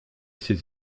ses